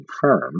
firm